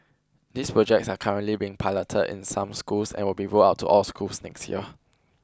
these projects are currently being piloted in some schools and will be rolled out to all schools next year